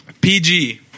PG